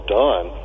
done